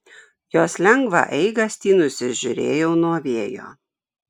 jos lengvą eigastį nusižiūrėjau nuo vėjo